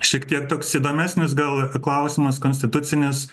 šiek tiek toks įdomesnis gal klausimas konstitucinis